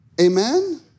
Amen